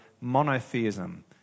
monotheism